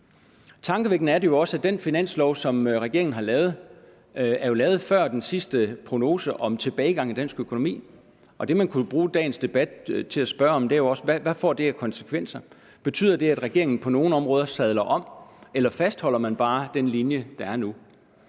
Tankevækkende er det jo også, at det finanslovforslag, som regeringen har lavet, jo er lavet før den sidste prognose om tilbagegang i dansk økonomi. Og det, man kunne bruge dagens debat til at spørge om, er jo også: Hvad får det af økonomiske konsekvenser? Betyder det, at regeringen på nogle områder sadler om, eller fastholder man bare den linje, der er nu?